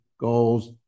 goals